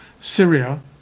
Syria